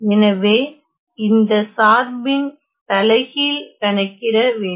எனவே இந்த சார்பின் தலைகீழ் கணக்கிட வேண்டும்